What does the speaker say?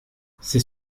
c’est